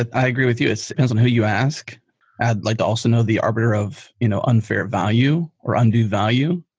i agree with you. it depends on who you ask. i'd like to also know the arbiter of you know unfair value or undue value.